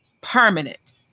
permanent